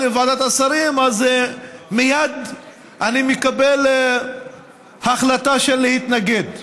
לוועדת השרים אז מייד אני מקבל החלטה של להתנגד.